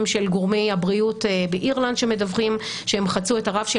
של גורמי הבריאות באירלנד שמדווחים שהם חצו את הרף של